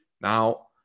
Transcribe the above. Now